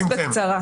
עלה